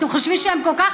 אתם חושבים שהם כל כך